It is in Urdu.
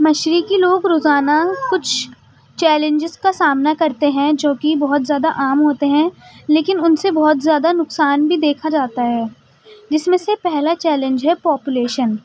مشرقی لوگ روزانہ کچھ چیلینجز کا سامنا کرتے ہیں جوکہ بہت زیادہ عام ہوتے ہیں لیکن ان سے بہت زیادہ نقصان بھی دیکھا جاتا ہے جس میں سے پہلا چیلینج ہے پاپولیشن